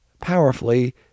powerfully